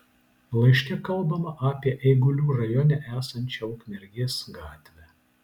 laiške kalbama apie eigulių rajone esančią ukmergės gatvę